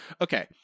Okay